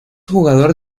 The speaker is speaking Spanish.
jugador